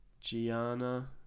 Gianna